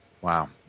Wow